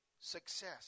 success